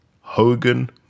Hogan